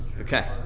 Okay